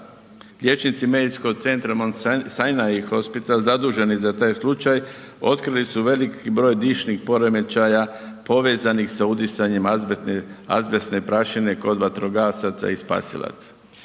i .../Govornik se ne razumije./... zaduženi za taj slučaj otkrili su velik broj dišnih poremećaja povezanih sa udisanjem azbestne prašine kod vatrogasaca i spasilaca.